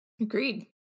Agreed